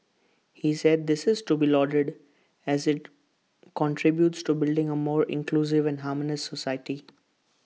he said this is to be lauded as IT contributes to building A more inclusive and harmonious society